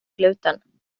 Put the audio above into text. gluten